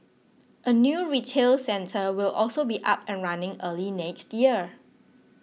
a new retail centre will also be up and running early next year